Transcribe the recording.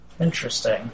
Interesting